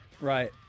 Right